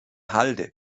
halde